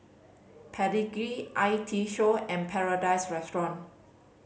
Pedigree I T Show and Paradise Restaurant